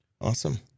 Awesome